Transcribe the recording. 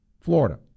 Florida